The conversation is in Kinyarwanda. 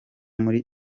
muri